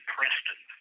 Preston